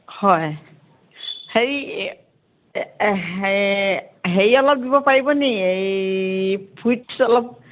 হয় হেৰি হেৰি অলপ দিব পাৰিব নি এই ফ্ৰুইটচ অলপ